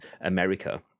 America